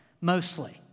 mostly